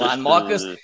Marcus